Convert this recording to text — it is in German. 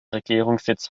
regierungssitz